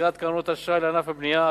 יצירת קרנות אשראי לענף הבנייה,